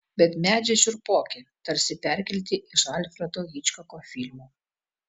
bet medžiai šiurpoki tarsi perkelti iš alfredo hičkoko filmų